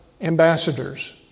ambassadors